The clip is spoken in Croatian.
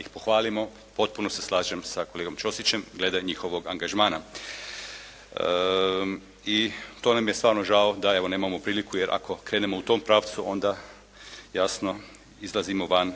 ih pohvalimo. Potpuno se slažem sa kolegom Ćosićem glede njihovog angažmana. I to nam je stvarno žao da evo nemamo priliku, jer ako krenemo u tom pravcu, onda jasno izlazimo van